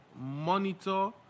monitor